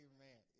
Amen